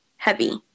Heavy